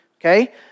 Okay